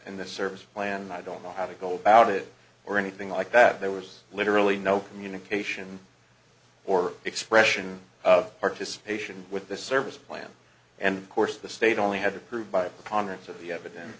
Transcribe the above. in the service plan i don't know how to go about it or anything like that there was literally no communication or expression of participation with this service plan and of course the state only had approved by preponderance of the evidence